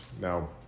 Now